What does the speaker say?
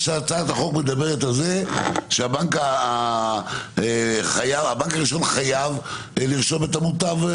שהצעת החוק מדברת על זה שהבנק הראשון חייב לרשום עוד מוטב,